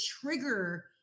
trigger